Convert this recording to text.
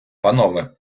панове